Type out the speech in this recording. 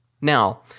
Now